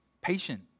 Patient